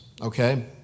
okay